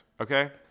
okay